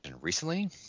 recently